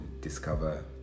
discover